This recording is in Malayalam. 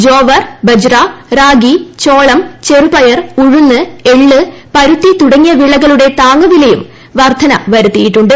ജോവർ ബജ്റ റാഗി ചോളം ചെറുപയർ ഉഴുന്ന് എള്ള് പരുത്തി തുടങ്ങിയ വിളകളുടെ താങ്ങുവിലയിലും വർദ്ധന വരുത്തിയിട്ടുണ്ട്